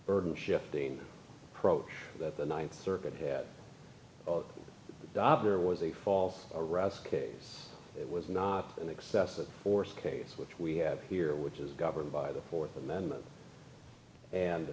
burden shifting approach that the ninth circuit head up there was a fall russkies it was not an excessive force case which we have here which is governed by the fourth amendment and